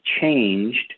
changed